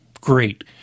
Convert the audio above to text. Great